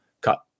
cut